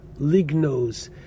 Lignos